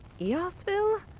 Eosville